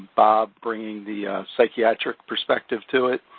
bob bringing the psychiatric perspective to it.